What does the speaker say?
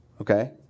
okay